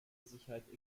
sicherheit